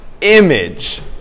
image